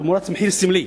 תמורת מחיר סמלי.